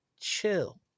chill